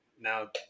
now